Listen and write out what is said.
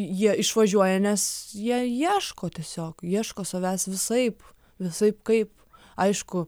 jie išvažiuoja nes jie ieško tiesiog ieško savęs visaip visaip kaip aišku